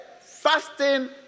fasting